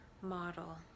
model